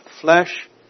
flesh